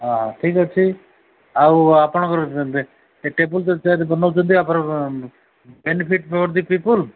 ହଁ ଠିକ୍ ଅଛି ଆଉ ଆପଣଙ୍କର ଟେବୁଲ୍ ଚେୟାର୍ ବନାଉଛନ୍ତି ୟାପରେ ବେନିଫିଟ୍ ଫର୍ ଦି ପିପୁଲ୍